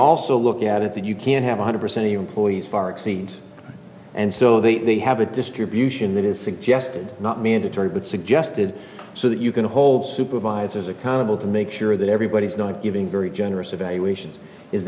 also look at it that you can have a hundred percent of your employees far exceeds and so they have a distribution that is suggested not mandatory but suggested so that you can hold supervisors accountable to make sure that everybody's going giving very generous evaluations is